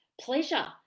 pleasure